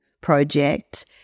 Project